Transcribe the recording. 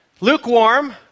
Lukewarm